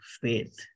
faith